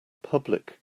public